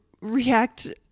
react